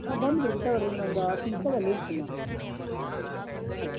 ಹಾಂ ಬಂದ್ಬಿಡ್ತಿನ್ ತಗೋಳ್ರಿ ಇನ್ನೊಂದು ಹತ್ತು ನಿಮ್ಷ್ದಾಗ ಅಲ್ಲಿ ಇರ್ತೀನಿ ನಾನು ಹ್ಞೂ ಆಯ್ತು